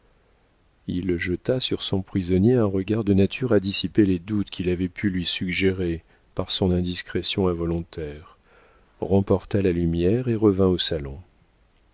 il jeta sur son prisonnier un regard de nature à dissiper les doutes qu'il avait pu lui suggérer par son indiscrétion involontaire remporta la lumière et revint au salon